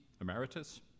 Emeritus